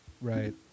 right